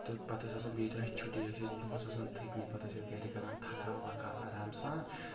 تہٕ پتہٕ ٲسۍ آسان بیٚیہِ دۄہ اسہِ چھُٹی أسۍ ٲسۍ دۄہس آسان تھکۍ مٕتۍ پتہٕ ٲسۍ أسۍ گرِ کڑان تھکھا وکھا آرام سان